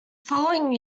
following